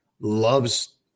loves